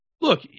look